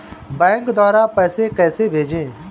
Bank द्वारा पैसे कैसे भेजें?